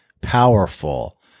powerful